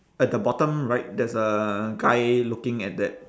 at the bottom right there's a guy looking at that